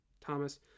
thomas